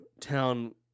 town